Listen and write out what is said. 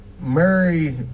Mary